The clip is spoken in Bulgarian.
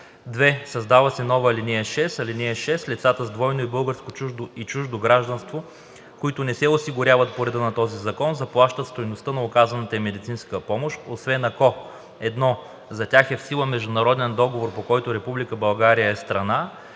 2. Създава се нова ал. 6: „(6) Лицата с двойно българско и чуждо гражданство, които не се осигуряват по реда на този закон, заплащат стойността на оказаната им медицинска помощ, освен ако: 1. за тях е в сила международен договор, по който Република България е страна,